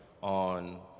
on